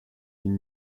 une